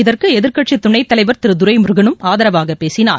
இதற்கு எதிர்கட்சித் துணை தலைவர் திரு துரைமுருகனும் ஆதரவாக பேசினார்